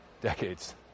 Decades